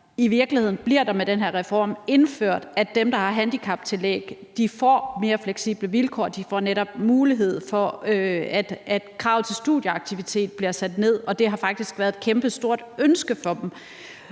I virkeligheden bliver det med den her reform indført, at dem, der har handicaptillæg, får mere fleksible vilkår. De får netop mulighed for, at kravet til studieaktivitet bliver sat ned, og det har faktisk været et kæmpestort ønske for dem.